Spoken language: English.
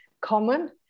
common